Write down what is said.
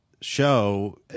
show